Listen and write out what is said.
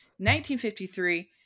1953